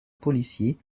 policier